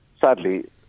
sadly